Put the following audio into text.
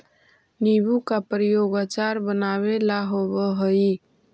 नींबू का प्रयोग अचार बनावे ला होवअ हई